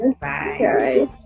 Bye